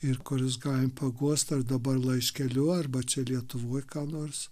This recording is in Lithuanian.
ir kuriuos galim paguost ar dabar laiškeliu arba čia lietuvoj ką nors